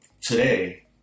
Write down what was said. today